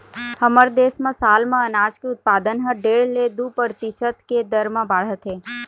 हमर देश म साल म अनाज के उत्पादन ह डेढ़ ले दू परतिसत के दर म बाढ़त हे